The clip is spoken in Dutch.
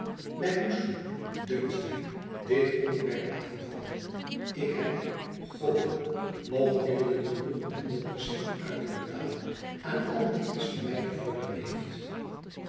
wy moesten dunkt my dit onderwerp laten varen ik heb goddank nog middelen genoeg om per cent uit te betalen aan al wie iets van my te vorderen heeft